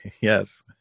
Yes